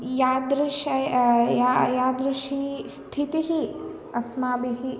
यादृशी या यादृशी स्थितिः स् अस्माभिः